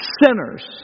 sinners